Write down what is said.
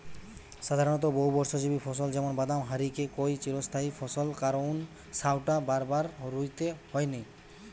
সাধারণত বহুবর্ষজীবী ফসল যেমন বাদাম হারিকে কয় চিরস্থায়ী ফসল কারণ সউটা বারবার রুইতে হয়নি